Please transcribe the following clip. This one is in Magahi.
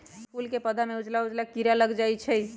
फूल के पौधा में उजला उजला कोन किरा लग जई छइ?